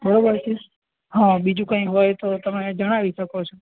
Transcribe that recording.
બરોબર છે હા બીજું કંઈ હોય તો તમે જણાવી શકો છો